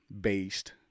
based